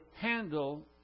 handle